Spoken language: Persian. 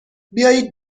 بیایید